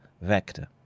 vector